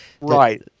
Right